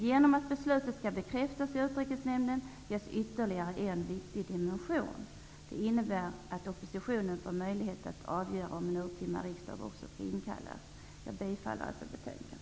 Genom att beslutet skall bekräftas i Utrikesnämnden ges ytterligare en viktig dimension. Det innebär att oppositionen får möjlighet att avgöra om en urtima riksdag också skall inkallas. Jag yrkar bifall till utskottets hemställan.